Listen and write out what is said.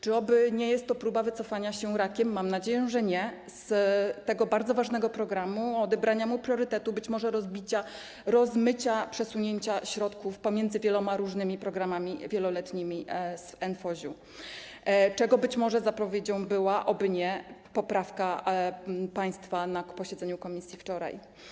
Czy aby nie jest to próba wycofania się rakiem, mam nadzieję, że nie, z tego bardzo ważnego programu, odebrania mu priorytetu, być może rozbicia, rozmycia, przesunięcia środków pomiędzy wieloma różnymi programami wieloletnimi z NFOŚ, czego być może zapowiedzią była, oby nie, poprawka państwa na posiedzeniu komisji wczoraj?